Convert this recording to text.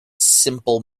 simple